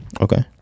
Okay